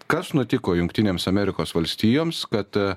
kas nutiko jungtinėms amerikos valstijoms kad